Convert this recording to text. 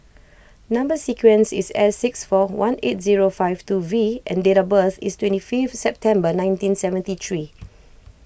Number Sequence is S six four one eight zero five two V and date of birth is twenty fifth September nineteen seventy three